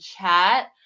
chat